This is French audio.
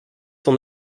son